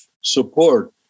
support